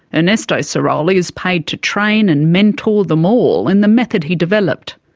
ernesto sirolli is paid to train and mentor them all in the method he developed.